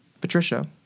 Patricia